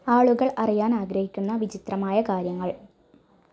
ആളുകൾ അറിയാനാഗ്രഹിക്കുന്ന വിചിത്രമായ കാര്യങ്ങൾ